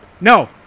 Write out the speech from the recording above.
No